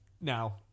Now